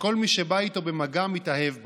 שכל מי שבא איתו במגע מתאהב בו.